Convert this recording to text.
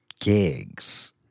gigs